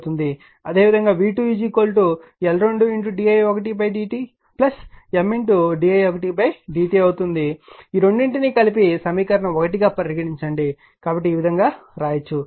అదేవిధంగా v2 L2di1dtM di1dt అవుతుంది ఈ రెండిటినీ కలిపి సమీకరణం 1 గా పరిగణించండి కాబట్టి ఈ విధంగా వ్రాయవచ్చు